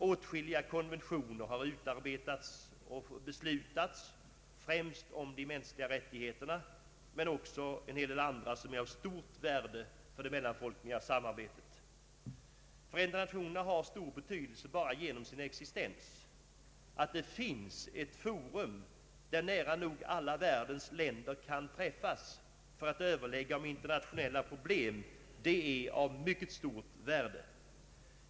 Åtskilliga konventioner har utarbetats och beslutats, främst om de mänskliga rättigheterna, men också andra som är av stort värde för det mellanfolkliga samarbetet. FN har stor betydelse bara genom sin existens. Att det finns ett forum där nära nog alla världens länder kan träf fas för att överlägga om internationella problem är av mycket stort värde.